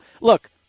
Look